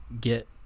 get